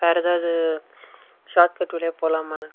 வேறு எதாவது shortcut வழியா போகலாமான்னு